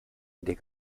der